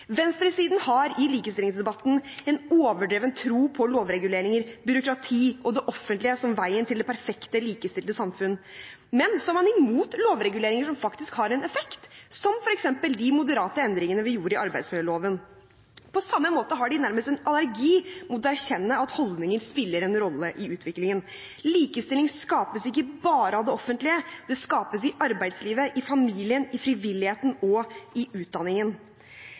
Venstresiden har i likestillingsdebatten en overdreven tro på lovreguleringer, byråkrati og det offentlige som veien til det perfekte likestilte samfunn, men så er man imot lovreguleringer som faktisk har en effekt, som f.eks. de moderate endringene vi gjorde i arbeidsmiljøloven. På samme måte har de nærmest en allergi mot å erkjenne at holdninger spiller en rolle i utviklingen. Likestilling skapes ikke bare av det offentlige, det skapes i arbeidslivet, i familien, i frivilligheten og i utdanningen.